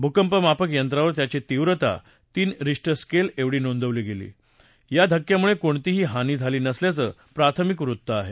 भूक्यीमापक यक्तप्रिर त्याची तीव्रता तीन रिश्टर स्केल एवढी नोंदली गेली असून या धक्क्यामुळे कोणतीही हानी झाली नसल्याचप्रिथमिक वृत्त आहे